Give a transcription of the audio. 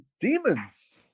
Demons